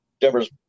Denver's